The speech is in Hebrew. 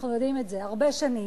אנחנו יודעים את זה, הרבה שנים.